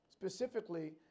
specifically